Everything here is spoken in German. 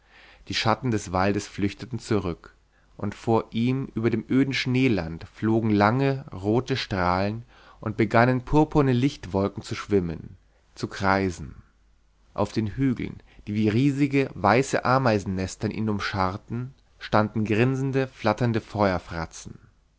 die schatten des waldes flüchteten zurück und vor ihm über dem öden schneeland flogen lange rote strahlen und begannen purpurne lichtwogen zu schwimmen zu kreisen auf den hügeln die wie riesige weiße ameisennester ihn umscharten standen grinsende flatternde